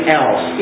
else